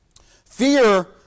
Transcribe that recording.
Fear